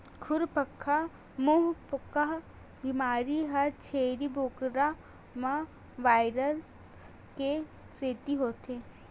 खुरपका मुंहपका बेमारी ह छेरी बोकरा म वायरस के सेती होथे